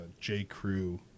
J.Crew